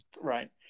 Right